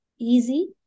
Easy